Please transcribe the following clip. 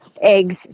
eggs